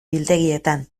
biltegietan